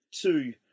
two